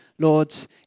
Lords